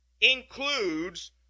includes